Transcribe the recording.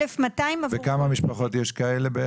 כמה משפחות כאלה יש?